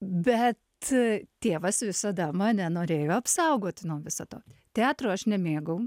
bet tėvas visada mane norėjo apsaugoti nuo viso to teatro aš nemėgau